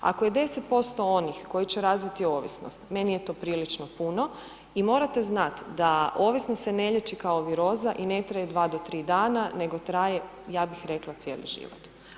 Ako je 10% onih koji će razviti ovisnost, meni je to prilično puno i morate znati da ovisnost se ne liječi kao viroza i ne traje 2 do 3 dana nego traje ja bih rekla, cijeli život.